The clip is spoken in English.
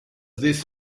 this